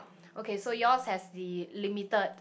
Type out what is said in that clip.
okay so yours has the limited